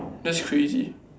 that's crazy